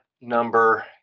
number